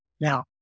Now